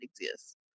exists